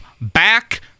back